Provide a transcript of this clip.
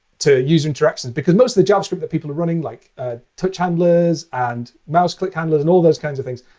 to user interactions. because most of the javascript that people are running, like ah touch handlers, and mouse click handlers, and all those kinds of things,